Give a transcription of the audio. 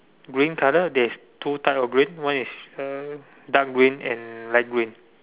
green colour there is two type of green one is uh dark green and light green